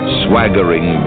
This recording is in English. swaggering